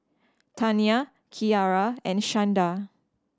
Tanya Kiarra and Shanda